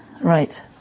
Right